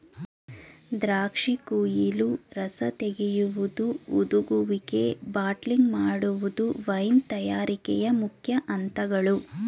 ದ್ರಾಕ್ಷಿ ಕುಯಿಲು, ರಸ ತೆಗೆಯುವುದು, ಹುದುಗುವಿಕೆ, ಬಾಟ್ಲಿಂಗ್ ಮಾಡುವುದು ವೈನ್ ತಯಾರಿಕೆಯ ಮುಖ್ಯ ಅಂತಗಳು